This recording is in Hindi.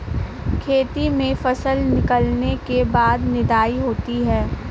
खेती में फसल निकलने के बाद निदाई होती हैं?